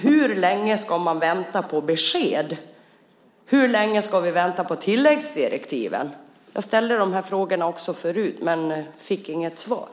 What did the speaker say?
Hur länge ska man vänta på besked? Hur länge ska vi vänta på tilläggsdirektiven? Jag ställde dessa frågor förut också, men jag fick inget svar.